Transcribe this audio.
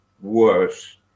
worse